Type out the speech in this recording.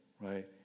right